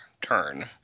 turn